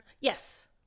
Yes